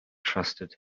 trusted